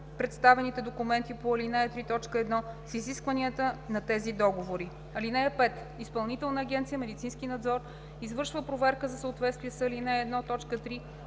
представените документи по ал. 3, т. 1 с изискванията на тези договори. (5) Изпълнителна агенция „Медицински надзор“ извършва проверка за съответствие с ал. 1,